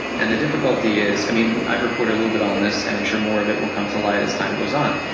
and the difficulty is, i mean, mean, i've reported a little bit on this, and i'm sure more of it will come to light as time goes on.